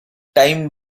time